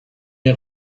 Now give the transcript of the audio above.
est